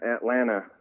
Atlanta